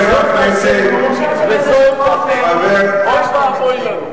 אם זו דרכנו וזו עמדתנו, אוי ואבוי לנו.